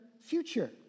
future